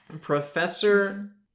Professor